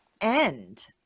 end